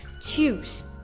choose